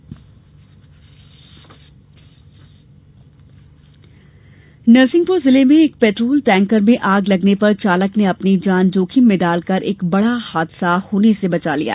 tanker आग नरसिंहपुर जिले में एक पेट्रोल टैंकर में आग लगने पर चालक ने अपनी जान जोखिम में डालकर एक बड़ा हादसा होने से बचा लिया